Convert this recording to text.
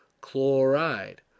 chloride